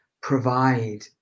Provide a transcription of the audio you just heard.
provide